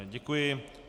Děkuji.